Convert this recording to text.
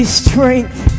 strength